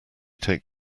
take